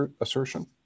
assertion